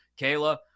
Kayla